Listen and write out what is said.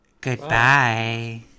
Goodbye